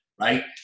Right